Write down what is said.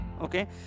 Okay